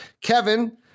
Kevin